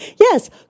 Yes